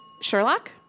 Sherlock